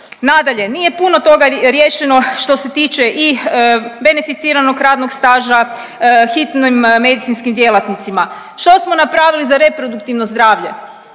Nadalje, nije puno toga riješeno što se tiče i beneficiranog radnog staža hitnim medicinskim djelatnicima. Što smo napravili za reproduktivno zdravlje?